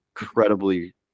incredibly